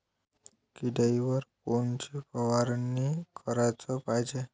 किड्याइवर कोनची फवारनी कराच पायजे?